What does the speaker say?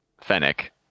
fennec